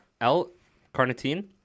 L-carnitine